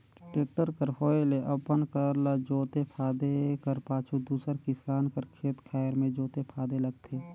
tractor कर होए ले अपन कर ल जोते फादे कर पाछू दूसर किसान कर खेत खाएर मे जोते फादे लगथे